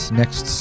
next